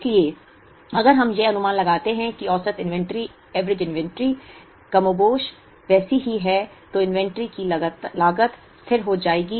इसलिए अगर हम यह अनुमान लगाते हैं कि औसत इन्वेंट्री कमोबेश वैसी ही है तो इन्वेंट्री की लागत स्थिर हो जाएगी